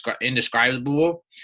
Indescribable